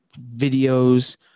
videos